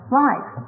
life